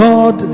God